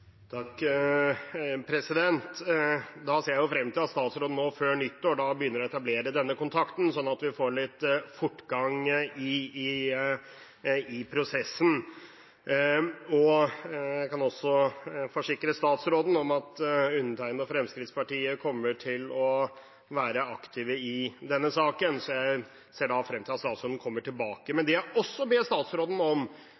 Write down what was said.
Da ser jeg frem til at statsråden nå før nyttår begynner å etablere denne kontakten, slik at vi får litt fortgang i prosessen. Jeg kan forsikre statsråden om at jeg og Fremskrittspartiet kommer til å være aktive i denne saken, så jeg ser da frem til at statsråden kommer tilbake. Det jeg også ber statsråden om,